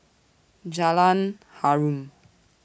Jalan Harum